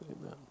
Amen